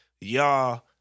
y'all